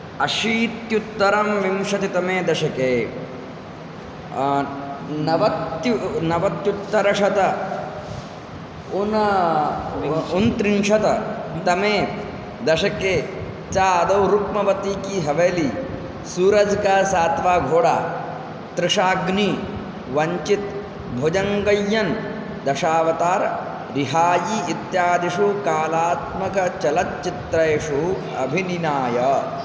अशीत्युत्तरविंशतितमे दशके नव नवत्युत्तरशतम् ऊन ऊनत्रिंशत् तमे दशके च अदौ रुक्मवतीकी हवेली सूरज् का सात्त्वा घोडा तृशाग्नि वञ्चित् भुजङ्गय्यन् दशावतार् रिहायि इत्यादिषु कालात्मकचलच्चित्रेषु अभिनिनाय